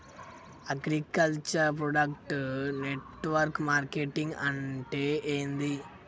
Agriculture product network marketing అంటే ఏంది?